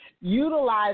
Utilize